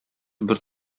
бер